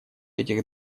этих